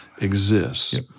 exists